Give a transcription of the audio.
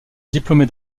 diplômé